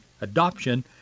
adoption